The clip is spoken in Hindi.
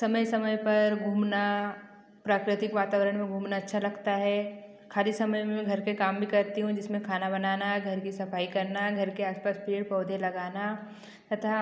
समय समय पर घूमना प्राकृतिक वातावरण में घूमना अच्छा लगता है खाली समय में घर के काम भी करती हूँ जिसमें खाना बनाना घर कि सफाई करना घर के आसपास पेड़ पौधे लगाना तथा